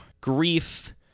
Grief